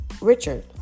Richard